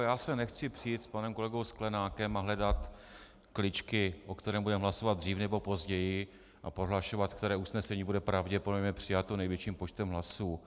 Já se nechci přít s panem kolegou Sklenákem a hledat kličky, o kterém budeme hlasovat dřív nebo později, a prohlašovat, které usnesení bude pravděpodobně přijato největším počtem hlasů.